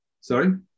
sorry